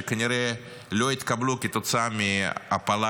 שכנראה לא יתקבלו כתוצאה מהפלה,